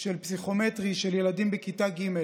של פסיכומטרי של ילדים בכיתה ג'.